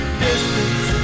distance